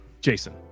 Jason